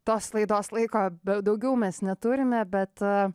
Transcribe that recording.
tos laidos laiko daugiau mes neturime bet